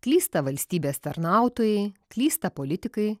klysta valstybės tarnautojai klysta politikai